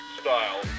style